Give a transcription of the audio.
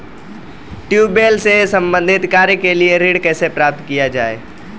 Tubewell से संबंधित कार्य के लिए ऋण कैसे प्राप्त किया जाए?